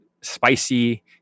spicy